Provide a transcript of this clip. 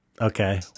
Okay